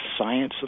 science